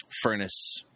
furnace